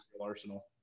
arsenal